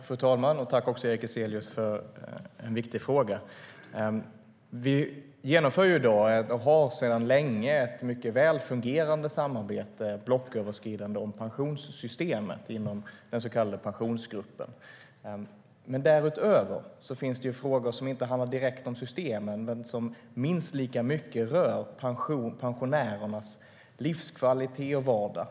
Fru talman! Tack, Erik Ezelius, för en viktig fråga! Vi har sedan länge ett mycket välfungerande blocköverskridande samarbete om pensionssystemet i den så kallade Pensionsgruppen. Men därutöver finns det frågor som inte handlar direkt om systemet men som minst lika mycket rör pensionärernas livskvalitet och vardag.